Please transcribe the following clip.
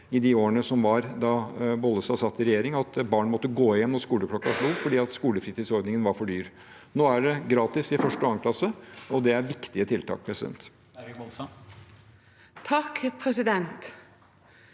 i de årene da Olaug Bollestad satt i regjering, at barn måtte gå hjem når skoleklokken slo, fordi skolefritidsordningen var for dyr. Nå er det gratis i 1. og 2. klasse, og det er viktige tiltak.